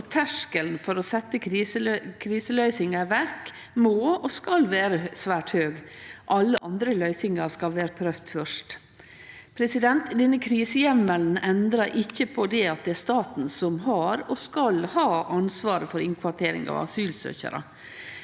terskelen for å setje kriseløysingar i verk må og skal vere svært høg. Alle andre løysingar skal vere prøvde først. Denne kriseheimelen endrar ikkje på at det er staten som har og skal ha ansvaret for innkvartering av asylsøkjarar,